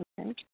Okay